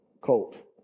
colt